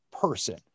person